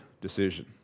decision